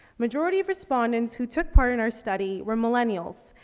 majority of respondents who took part in our study were millennials,